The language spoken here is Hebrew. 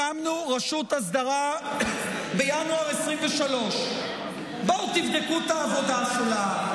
הקמנו רשות אסדרה בינואר 2023. בואו תבדקו את העבודה שלה,